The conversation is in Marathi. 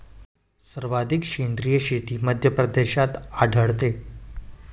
सर्वाधिक सेंद्रिय शेती मध्यप्रदेशात आढळते